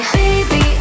baby